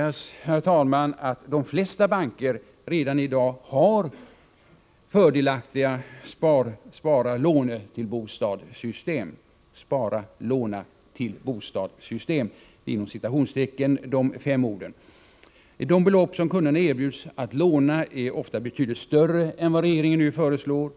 Det bör påpekas att de flesta banker redan i dag har fördelaktiga ”spara-låna till bostad-system”. De belopp som kunderna erbjuds att låna är ofta betydligt större än vad regeringen nu föreslår,